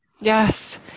Yes